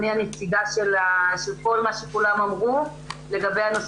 אני הנציגה של כל מה שכולם אמרו לגבי הנושא